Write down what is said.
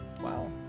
Wow